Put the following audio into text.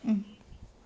mm